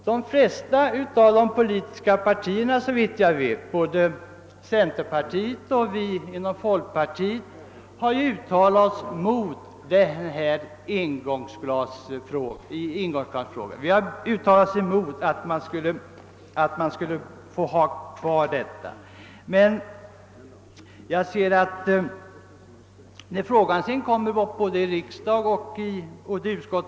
De flesta politiska partierna har såvitt jag vet uttalat sig mot engångsglasen. Men när frågan sedan kom upp i utskott.